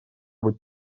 быть